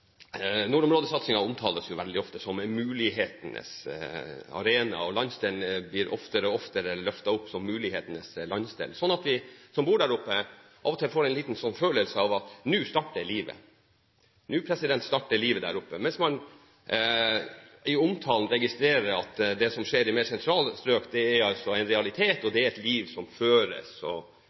landsdelen blir oftere og oftere løftet opp som mulighetenes landsdel. Vi som bor der oppe, får av og til en liten følelse av at nå starter livet, nå starter livet der oppe, mens man i omtalen registrerer at det som skjer i mer sentrale strøk, altså er en realitet, og at det er et liv som føres. Man forsøker kanskje ofte i debatten å fordreie det til at det ikke har skjedd noe i nord tidligere. Jeg og